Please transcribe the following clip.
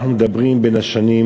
אנחנו מדברים על השנים,